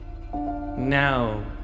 Now